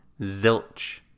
Zilch